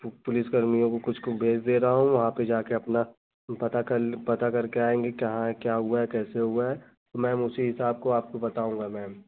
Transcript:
पु police कर्मियों को कुछ को भेज दे रहा हूँ वहाँ पर जाकर अपना पता कर पता करके आएँगे कहाँ है क्या हुआ है कैसे हुआ है तो मैम उसी हिसाब को आपको बताऊँगा मैम